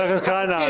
חבר הכנסת כהנא,